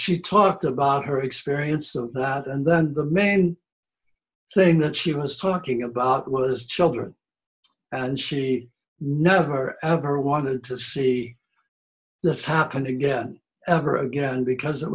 she talked about her experience of that and then the main thing that she was talking about was children and she never ever wanted to see this happen again ever again because it